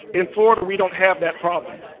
in florida, we don't have that problem.